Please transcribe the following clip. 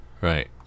Right